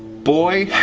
boy?